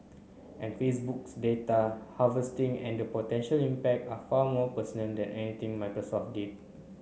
and Facebook's data harvesting and the potential impact are far more personal than anything Microsoft did